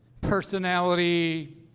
personality